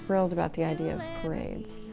thrilled about the idea of parades.